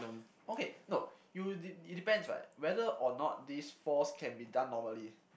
okay no you it depends [what] whether or not these fours can be done normally